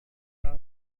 rusak